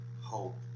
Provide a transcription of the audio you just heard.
hope